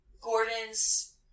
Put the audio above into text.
Gordon's